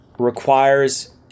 requires